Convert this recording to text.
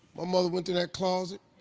my mother went to that closet,